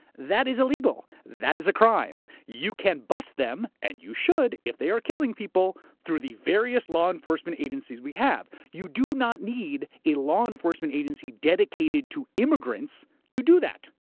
that is illegal. that is a crime. you can bust them and you should if they are killing people through the various law enforcement agencies we have. you do not need a law enforcement agency dedicated to immigrants to do that.